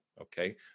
okay